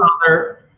father